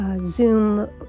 Zoom